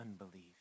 unbelief